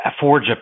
forge